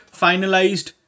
finalized